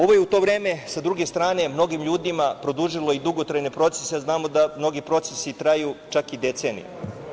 Ovo je u to vreme, sa druge strane, mnogim ljudima produžilo i dugotrajne procese jer znamo da mnogi procesi traju čak i decenijama.